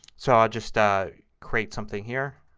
so i'll just ah create something here,